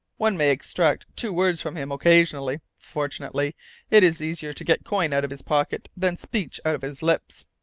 one may extract two words from him occasionally. fortunately, it is easier to get coin out of his pocket than speech out of his lips.